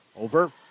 over